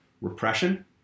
repression